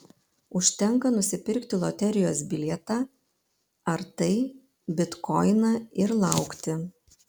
užtenka nusipirkti loterijos bilietą ar tai bitkoiną ir laukti